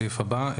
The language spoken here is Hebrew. הסעיף הבא.